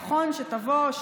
נכון שתבוא,